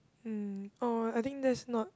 um oh I think that's not